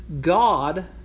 God